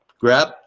grab